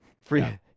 Free